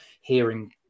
hearing